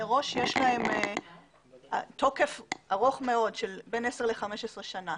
מראש יש להם תוקף ארוך מאוד של בין 10 ל-15 שנים.